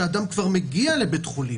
כולל במצבים שאדם כבר מגיע לבית חולים,